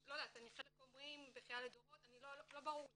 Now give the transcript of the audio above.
לא יודעת, חלק אומרים בכיה לדורות, לא ברור לי.